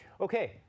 Okay